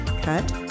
cut